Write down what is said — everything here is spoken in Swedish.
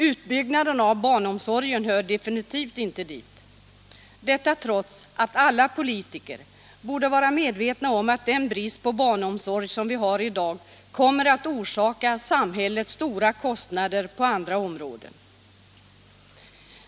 Utbyggnaden av barnomsorgen hör definitivt inte till vad som prioriteras — detta trots att alla politiker borde vara medvetna om att den brist på barnomsorg som vi har i dag kommer att orsaka samhället stora kostnader på andra områden.